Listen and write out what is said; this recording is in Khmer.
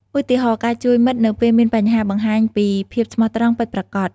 ឧទាហរណ៍ ការជួយមិត្តនៅពេលមានបញ្ហា បង្ហាញពីភាពស្មោះត្រង់ពិតប្រាកដ។